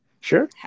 Sure